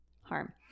harm